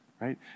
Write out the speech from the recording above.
right